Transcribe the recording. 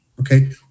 okay